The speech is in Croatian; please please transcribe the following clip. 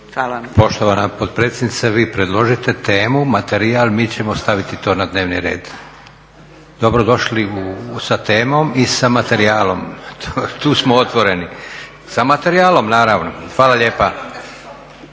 Poštovana potpredsjednice, vi predložite temu, materijal, mi ćemo staviti to na dnevni red. Dobro došli sa temom i sa materijalom. Tu smo otvoreni. Sa materijalom, naravno. Hvala lijepa.